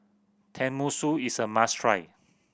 tenmusu is a must try